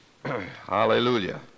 Hallelujah